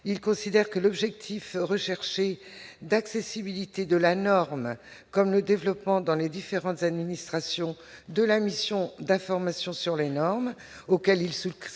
il considère que l'objectif recherché d'accessibilité de la norme, comme le développement dans les différentes administrations de la mission d'information sur les normes auxquelles il